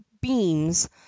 beams